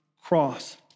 cross